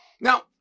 Now